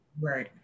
Right